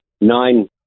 nine